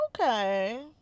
okay